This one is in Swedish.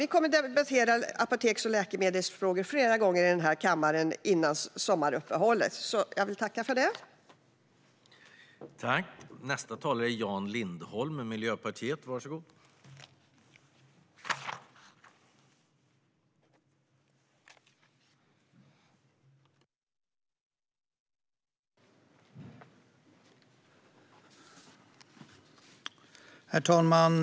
Vi kommer att debattera apoteks och läkemedelsfrågor fler gånger i den här kammaren före sommaruppehållet, så jag tackar därmed för mig.